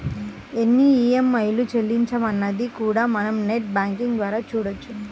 ఎన్ని ఈఎంఐలు చెల్లించామన్నది కూడా మనం నెట్ బ్యేంకింగ్ ద్వారా చూడొచ్చు